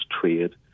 trade